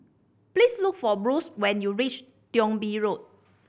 please look for Bruce when you reach Thong Bee Road